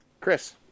Chris